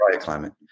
climate